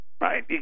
right